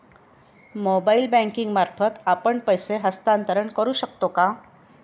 Mobile banking मार्फत आपण पैसे हस्तांतरण करू शकतो का?